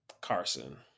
Carson